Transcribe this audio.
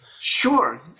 sure